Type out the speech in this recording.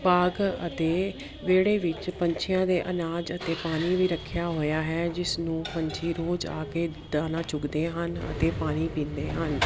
ਬਾਗ ਅਤੇ ਵਿਹੜੇ ਵਿੱਚ ਪੰਛੀਆਂ ਦੇ ਅਨਾਜ ਅਤੇ ਪਾਣੀ ਵੀ ਰੱਖਿਆ ਹੋਇਆ ਹੈ ਜਿਸ ਨੂੰ ਪੰਛੀ ਰੋਜ਼ ਆ ਕੇ ਦਾਣਾ ਚੁੱਗਦੇ ਹਨ ਅਤੇ ਪਾਣੀ ਪੀਂਦੇ ਹਨ